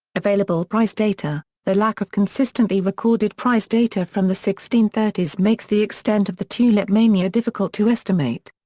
available price data the lack of consistently recorded price data from the sixteen thirty s makes the extent of the tulip mania difficult to estimate.